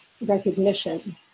recognition